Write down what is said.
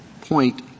point